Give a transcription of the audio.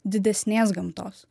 didesnės gamtos